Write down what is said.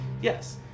yes